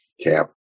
camp